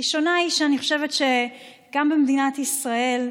הראשונה היא שאני חושבת שגם במדינת ישראל,